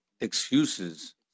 excuses